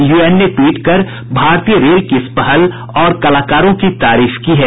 UN ने tweet कर भारतीय रेल की इस पहल और कलाकारों की तारीफ की है